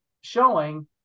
showing